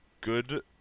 good